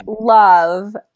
love